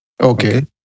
Okay